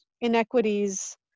inequities